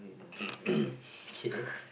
okay